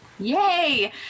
Yay